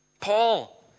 Paul